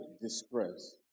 distress